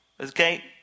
Okay